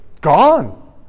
gone